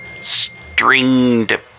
stringed